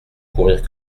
courir